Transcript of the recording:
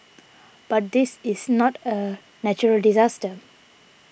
but this is not a natural disaster